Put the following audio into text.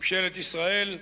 ממשלת ישראל,